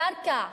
הקרקע,